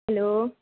hello